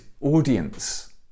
audience